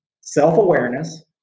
Self-awareness